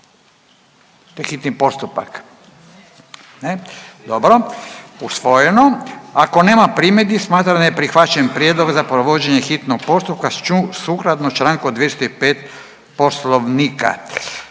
iz klupe: Ne./… Ne, dobro, usvojeno. Ako nema primjedbi smatram da je prihvaćen prijedlog za provođenje hitnog postupka sukladno čl. 205. Poslovnika.